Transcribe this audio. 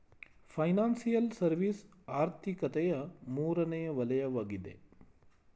financial service ಆರ್ಥಿಕತೆಯ ಮೂರನೇ ವಲಯವಗಿದೆ